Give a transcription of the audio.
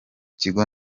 kigo